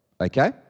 okay